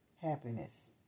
happiness